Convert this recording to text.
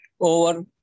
over